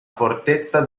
fortezza